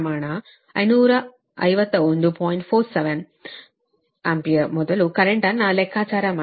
47 ampere ಮೊದಲು ಕರೆಂಟ್ಅನ್ನು ಲೆಕ್ಕಾಚಾರ ಮಾಡಿ